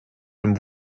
dem